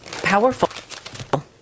powerful